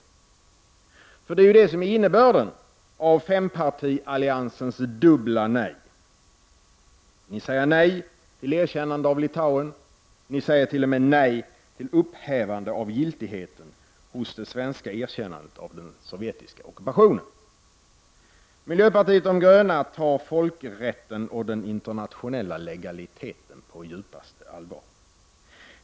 Det är ju det som är innebörden av fempartialliansens dubbla nej. Ni säger nej till erkännande av Litauen, och ni säger t.o.m. nej till upphävande av giltigheten beträffande det svenska erkännandet av den sovjetiska ockupationen. Vi i miljöpartiet de gröna tar folkrätten och den internationella legaliteten på djupaste allvar.